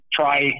try